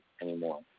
anymore